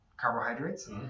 carbohydrates